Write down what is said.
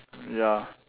ya